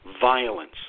violence